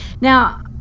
Now